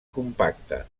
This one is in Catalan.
compacte